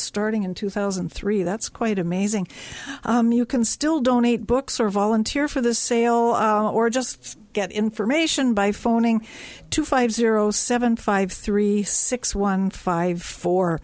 starting in two thousand and three that's quite amazing you can still donate books or volunteer for the sale or just get information by phoning two five zero seven five three six one five four